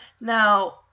Now